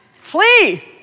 flee